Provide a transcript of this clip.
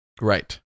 Right